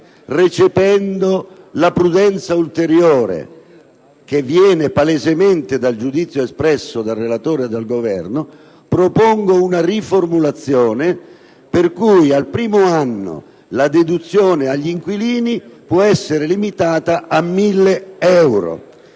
recependo la prudenza ulteriore che emerge palesemente dal giudizio espresso dal relatore e dal Governo, propongo una riformulazione volta a far sì che al primo anno la deduzione agli inquilini possa essere limitata a 1.000 euro;